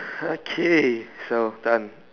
okay so done